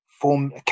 form